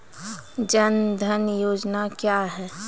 जन धन योजना क्या है?